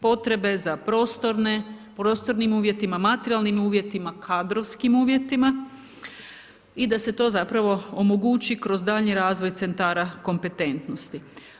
Potrebe za prostornim uvjetima, materijalnim uvjetima, kadrovskim uvjetima i da se to zapravo omogući kroz daljnji razvoj centara kompetentnosti.